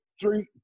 three